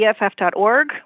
EFF.org